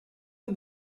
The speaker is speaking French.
peu